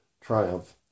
triumph